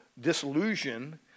disillusion